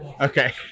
Okay